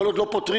כל עוד לא פותרים,